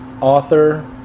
author